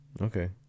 Okay